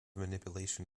manipulation